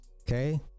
okay